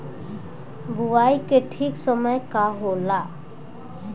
बुआई के ठीक समय का होला?